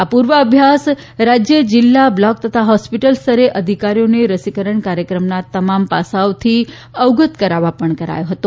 આ પૂર્વભ્યાસ રાજ્ય જિલ્લા બ્લોક તથા હોસ્પિટલ સ્તરે અધિકારીઓને રસીકરણ કાર્યક્રમના તમામ પાસાઓથી અવગત કરાવા માટે પણ કરાયો હતો